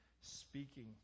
speaking